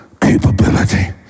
capability